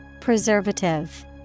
Preservative